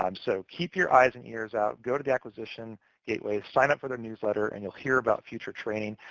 um so keep your eyes and ears out. go to the acquisition gateway. sign up for the newsletter, and you'll hear about future training,